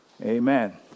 Amen